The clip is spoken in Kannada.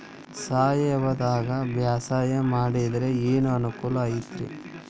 ಸಾವಯವದಾಗಾ ಬ್ಯಾಸಾಯಾ ಮಾಡಿದ್ರ ಏನ್ ಅನುಕೂಲ ಐತ್ರೇ?